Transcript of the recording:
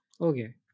Okay